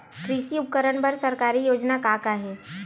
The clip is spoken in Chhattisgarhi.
कृषि उपकरण बर सरकारी योजना का का हे?